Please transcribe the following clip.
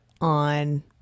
on